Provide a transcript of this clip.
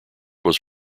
was